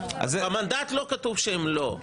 במנדט לא כתוב שהן לא.